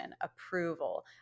approval